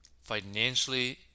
financially